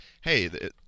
hey